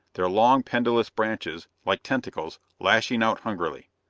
their long, pendulous branches, like tentacles, lashing out hungrily.